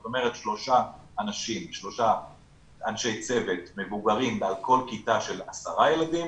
זאת אומרת שלושה אנשי צוות מבוגרים על כל כיתה של 10 ילדים,